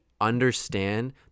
understand